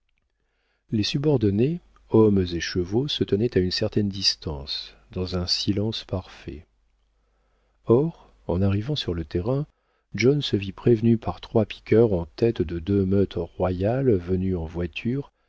les subordonnés hommes et chevaux se tenaient à une certaine distance dans un silence parfait or en arrivant sur le terrain john se vit prévenu par trois piqueurs en tête de deux meutes royales venues en voiture